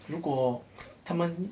如果他们